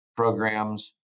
Programs